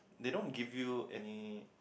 they don't give you any